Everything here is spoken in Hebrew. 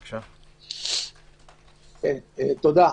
תודה.